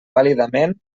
vàlidament